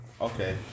Okay